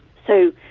so,